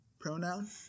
pronoun